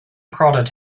prodded